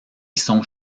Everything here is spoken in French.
sont